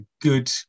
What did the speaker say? good